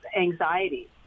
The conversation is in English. anxiety